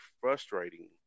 frustrating